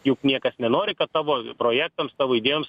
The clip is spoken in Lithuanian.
juk niekas nenori kad tavo projektams tavo idėjoms